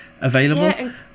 available